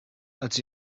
als